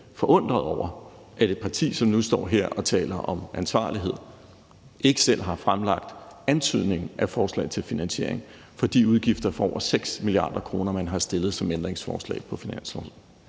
forundret over, at et parti, som nu står her og taler om ansvarlighed, ikke selv har fremlagt antydningen af et forslag til finansiering for de udgifter for over 6 mia. kr., som man har stillet som ændringsforslag til